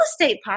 estate